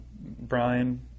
Brian